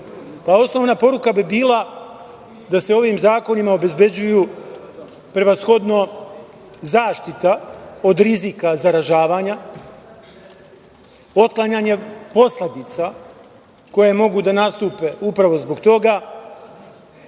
zakone. Osnovna poruka bi bila da se ovim zakonima obezbeđuju prevashodno zaštita od rizika zaražavanja, otklanjanje posledica koje mogu da nastupe upravo zbog toga